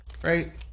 Right